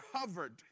covered